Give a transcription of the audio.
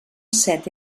set